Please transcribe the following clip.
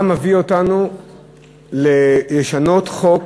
מה מביא אותנו לשנות חוק